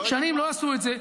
שנים לא עשו את זה.